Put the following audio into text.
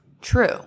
true